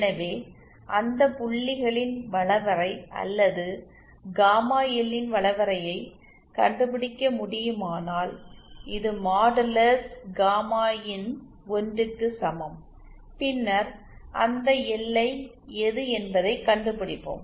எனவே அந்த புள்ளிகளின் வளைவரை அல்லது காமா எல் ன் வளைவரையை கண்டுபிடிக்க முடியுமானால் இது மாடுலஸ் காமா இன் 1 க்கு சமம் பின்னர் அந்த எல்லை எது என்பதைக் கண்டுபிடிப்போம்